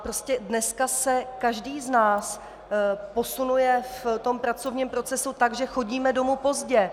Prostě dneska se každý z nás posunuje v pracovním procesu tak, že chodíme domů pozdě.